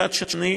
מצד שני,